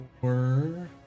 four